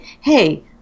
hey